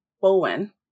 Bowen